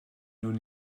nhw